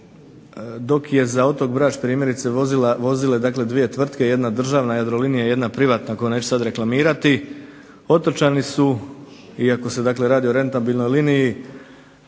dok je za otok Brač primjerice vozile dakle 2 tvrtke – jedna državna Jadrolinija i jedna privatna koju neću sad reklamirati otočani su, iako se dakle radi o rentabilnoj liniji,